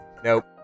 Nope